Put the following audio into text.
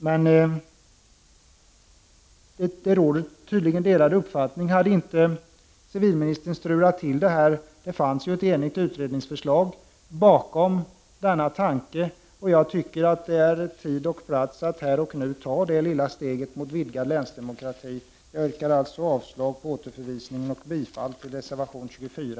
Men det råder tydligen delade meningar. Civilministern har strulat till det här. Det fanns ju ett enigt utredningsförslag bakom denna tanke, och jag tycker att det är tid och plats att nu och här ta det lilla steget mot vidgad länsdemokrati. Jag yrkar alltså avslag på förslaget om återförvisning och bifall till reservation 24.